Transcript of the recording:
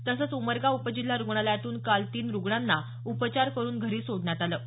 तसंच उमरगा उपजिल्हा रूग्णालयातून काल तीन रूग्णांना उपचार करून घरी सोडण्यात आलं आहे